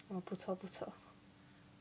!wah! 不错不错